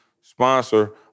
sponsor